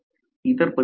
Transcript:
इतर परिस्थिती पहा